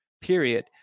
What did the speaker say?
period